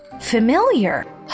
familiar